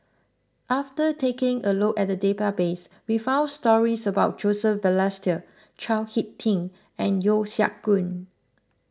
after taking a look at the database we found stories about Joseph Balestier Chao Hick Tin and Yeo Siak Goon